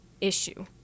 issue